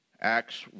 Acts